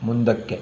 ಮುಂದಕ್ಕೆ